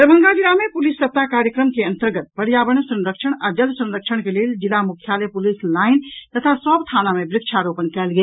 दरभंगा जिला मे पुलिस सप्ताह कार्यक्रम के अंतर्गत पर्यावरण संरक्षण आ जल संरक्षण के लेल जिला मुख्यालय पुलिस लाईन तथा सभ थाना मे वृक्षारोपण कयल गेल